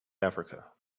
africa